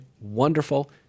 wonderful